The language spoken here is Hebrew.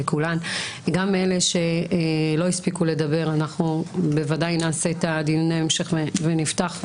גם אלה שלא הספיקו לדבר אנחנו בוודאי נעשה דיון המשך ונפתח,